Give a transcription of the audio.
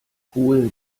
cool